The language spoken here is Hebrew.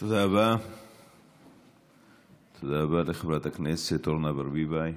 תודה רבה לחברת הכנסת אורנה ברביבאי.